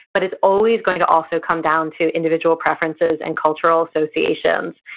but it's always going to also come down to individual preferences and cultural associations.